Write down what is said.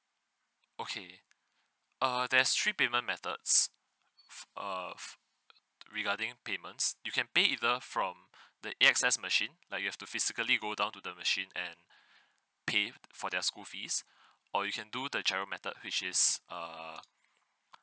okay err there's three payment methods err regarding payments you can pay either from the A_X_S machine like you have to physically go down to the machine and pay for their school fees or you can do the GIRO method which is err